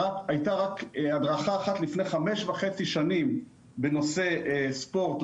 הייתה רק הדרכה אחת לפני חמש וחצי שנים בנושא ספורט,